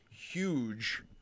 Huge